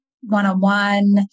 one-on-one